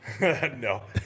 No